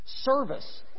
service